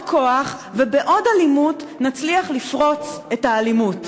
כוח ובעוד אלימות נצליח לפרוץ את האלימות.